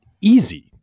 easy